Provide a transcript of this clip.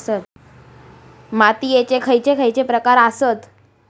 मातीयेचे खैचे खैचे प्रकार आसत?